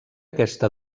aquesta